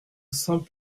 saint